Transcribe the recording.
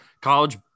college